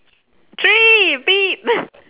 three